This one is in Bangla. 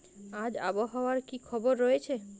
আজ আবহাওয়ার কি খবর রয়েছে?